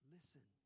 Listen